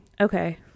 Okay